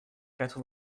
quatre